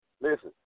listen